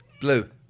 Blue